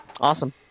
Awesome